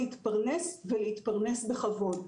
כי הן צריכות להתפרנס ולהתפרנס בכבוד.